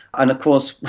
and of course,